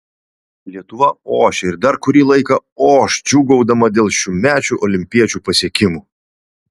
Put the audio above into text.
lietuva ošia ir dar kurį laiką oš džiūgaudama dėl šiųmečių olimpiečių pasiekimų